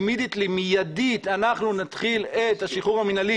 שמיידית אנחנו נתחיל את השחרור המינהלי